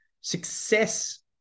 success